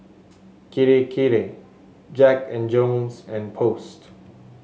Kirei Kirei Jack And Jones and Post